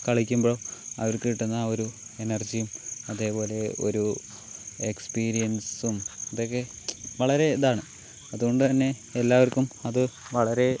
കളിക്കുമ്പോൾ അവർക്ക് കിട്ടുന്ന ആ ഒരു എനർജിയും അതേപോലെ ഒരു എക്സ്പീരിയൻസും ഇതൊക്കെ വളരെ ഇതാണ് അതുകൊണ്ട് തന്നെ എല്ലാവർക്കും അത് വളരെ